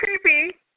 creepy